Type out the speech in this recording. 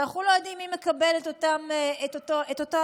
שאנחנו לא יודעים מי מקבל את אותו דלק.